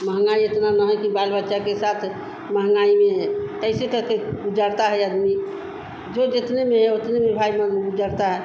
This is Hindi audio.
महँगाई इतना ना है कि बाल बच्चों के साथ महँगाई में कैसे करके गुज़रता है अदमी जो जितने में है उतने में भाई मं गुज़रता है